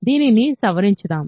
దీనిని సవరించుదాం